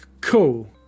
Cool